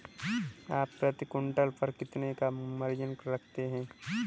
आप प्रति क्विंटल पर कितने का मार्जिन रखते हैं?